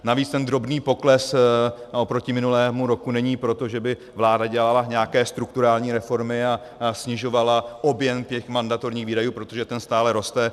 Navíc ten drobný pokles oproti minulému roku není proto, že by vláda dělala nějaké strukturální reformy a snižovala objem mandatorních výdajů, protože ten stále roste.